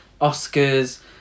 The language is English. Oscars